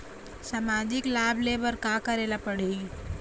सामाजिक लाभ ले बर का करे ला पड़ही?